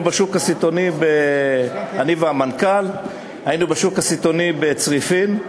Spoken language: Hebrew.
אני והמנכ"ל היינו בשוק הסיטונאי בצריפין.